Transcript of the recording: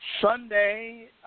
Sunday